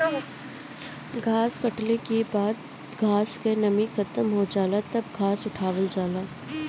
घास कटले के बाद जब घास क नमी खतम हो जाला तब घास उठावल जाला